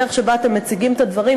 הדרך שבה אתם מציגים את הדברים.